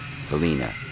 Valina